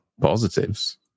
positives